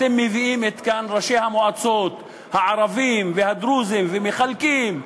אתם מביאים לכאן את ראשי המועצות הערבים והדרוזים ומחלקים,